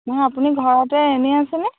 নহয় আপুনি ঘৰতে এনে আছেনে